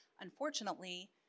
unfortunately